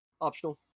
optional